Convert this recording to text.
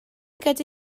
gyda